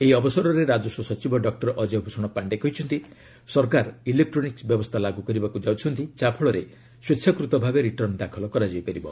ଏହି ଅବସରରେ ରାଜସ୍ୱ ସଚିବ ଡକ୍ଟର ଅଜୟ ଭୂଷଣ ପାଶ୍ଡେ କହିଛନ୍ତି ସରକାର ଇଲେକ୍ଟ୍ରୋନିକ୍ ବ୍ୟବସ୍ଥା ଲାଗୁ କରିବାକୁ ଯାଉଛନ୍ତି ଯାହାଫଳରେ ସ୍ୱଚ୍ଛାକୃତ ଭାବେ ରିଟର୍ଣ୍ଣ ଦାଖଲ କରାଯାଇପାରିବ